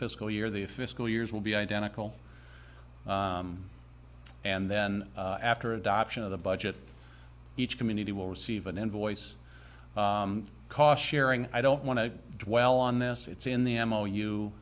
fiscal year the fiscal years will be identical and then after adoption of the budget each community will receive an invoice cost sharing i don't want to dwell on this it's in the m o